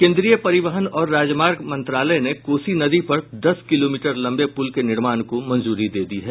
केंद्रीय परिवहन और राजमार्ग मंत्रालय ने कोसी नदी पर दस किलोमीटर लंबे पुल के निर्माण को मंजूरी दे दी है